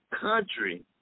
country